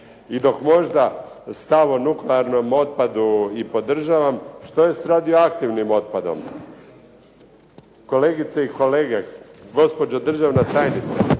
I dok možda stav o nuklearnom otpadu i podržavam što je s radioaktivnim otpadom? Kolegice i kolege, gospođo državna tajnice